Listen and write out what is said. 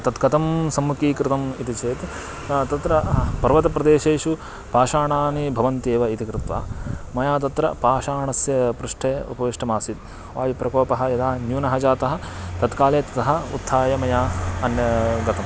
तत् कथं सम्मुखीकृतम् इति चेत् तत्र पर्वतप्रदेशेषु पाषाणानि भवन्त्येव इति कृत्वा मया तत्र पाषाणस्य पृष्ठे उपविष्टमासीत् वायुप्रकोपः यदा न्यूनः जातः तत्काले ततः उत्थाय मया अन्यत्र गतम्